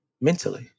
Mentally